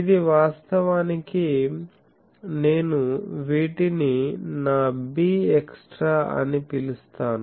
ఇది వాస్తవానికి నేను వీటిని నా bextra అని పిలుస్తాను